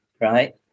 right